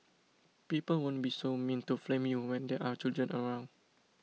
people won't be so mean to flame you when there are children around